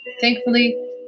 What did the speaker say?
Thankfully